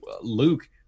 Luke